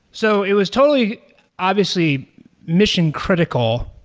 so it was totally obviously mission-critical.